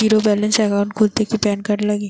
Zero balance account খুলতে কি PAN card লাগে?